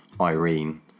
Irene